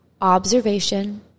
observation